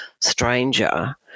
stranger